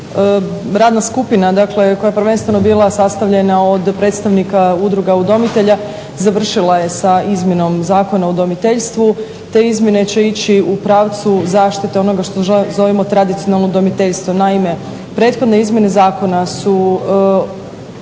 radna skupina, dakle koja je prvenstveno bila sastavljena od predstavnika udruga udomitelja završila je sa izmjenom Zakona o udomiteljstvu. Te izmjene će ići u pravcu zaštite onoga što zovemo tradicionalno udomiteljstvo. Naime, prethodne izmjene zakona su